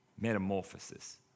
metamorphosis